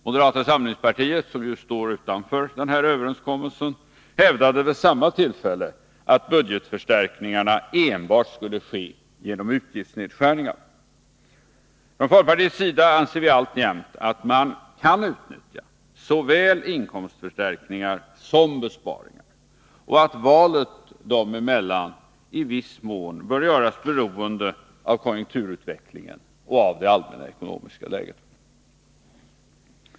Moderata samlingspartiet, som ju står utanför denna överenskommelse, hävdade vid samma tillfälle, att budgetförstärkningarna enbart skulle ske genom utgiftsnedskärningar. Från folkpartiets sida anser vi alltjämt att man kan utnyttja såväl inkomstförstärkningar som besparingar — och att valet dem emellan i viss mån bör göras beroende av konjunkturutvecklingen och av det allmänna ekonomiska läget.